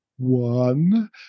One